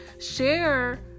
share